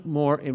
more